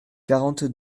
quarante